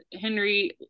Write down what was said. Henry